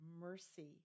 mercy